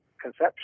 conception